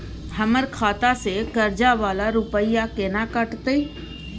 हमर खाता से कर्जा वाला रुपिया केना कटते?